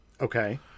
Okay